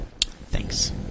Thanks